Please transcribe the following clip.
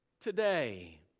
today